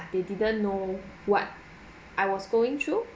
they didn't know what I was going through